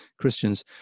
christians